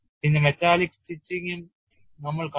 പിന്നെ മെറ്റാലിക് സ്റ്റിച്ചിംഗും നമ്മൾ കണ്ടു